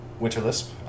Winterlisp